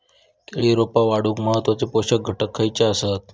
केळी रोपा वाढूक महत्वाचे पोषक घटक खयचे आसत?